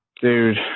dude